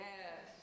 Yes